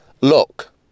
Look